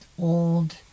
old